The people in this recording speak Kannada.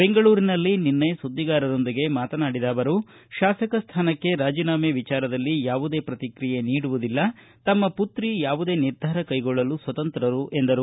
ಬೆಂಗಳೂರಿನಲ್ಲಿ ನಿನ್ನೆ ಸುದ್ದಿಗಾರರೊಂದಿಗೆ ಮಾತನಾಡಿದ ಅವರು ಶಾಸಕ ಸ್ಥಾನಕ್ಕೆ ರಾಜೀನಾಮೆ ವಿಚಾರದಲ್ಲಿ ಯಾವುದೇ ಪ್ರತಿಕ್ರಿಯೆ ನೀಡುವುದಿಲ್ಲತಮ್ಮ ಪುತ್ರಿ ಯಾವುದೇ ನಿರ್ಧಾರ ಕೈಗೊಳ್ಳಲು ಸ್ವತಂತ್ರರು ಎಂದರು